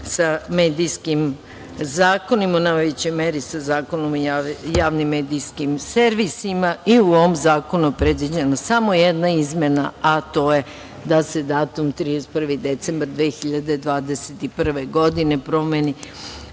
sa medijskim zakonima, u najvećoj meri sa Zakonom o javnim medijskim servisima.U ovom zakonu je predviđena samo jedna izmena, a to je da se datum 31. decembar 2021. godine promeni